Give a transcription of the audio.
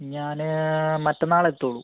ഞാൻ മറ്റന്നാൾ എത്തുള്ളൂ